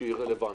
שהיא רלוונטית.